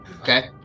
Okay